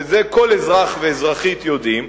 ואת זה כל אזרח ואזרחית יודעים,